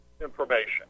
information